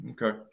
Okay